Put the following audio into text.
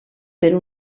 per